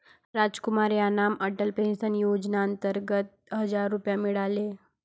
रामकुमार यांना अटल पेन्शन योजनेअंतर्गत हजार रुपये मिळाले